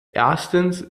erstens